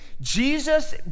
Jesus